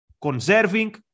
conserving